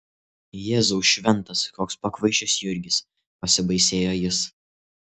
jėzau šventas koks pakvaišęs jurgis pasibaisėjo jis